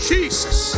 Jesus